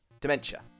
dementia